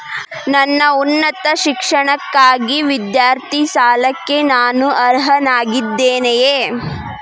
ನನ್ನ ಉನ್ನತ ಶಿಕ್ಷಣಕ್ಕಾಗಿ ವಿದ್ಯಾರ್ಥಿ ಸಾಲಕ್ಕೆ ನಾನು ಅರ್ಹನಾಗಿದ್ದೇನೆಯೇ?